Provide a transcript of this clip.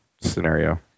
scenario